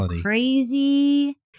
crazy